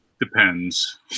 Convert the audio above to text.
depends